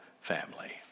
family